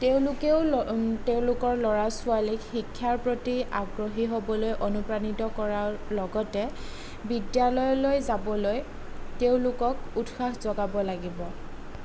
তেওঁলোকেও তেওঁলোকৰ ল'ৰা বা ছোৱালীক শিক্ষাৰ প্ৰতি আগ্ৰহী হ'বলৈ অনুপ্ৰাণিত কৰাৰ লগতে বিদ্যালয়লৈ যাবলৈ তেওঁলোকক উৎসাহ জগাব লাগিব